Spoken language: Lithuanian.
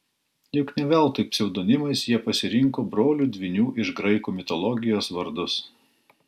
juk ne veltui pseudonimais jie pasirinko brolių dvynių iš graikų mitologijos vardus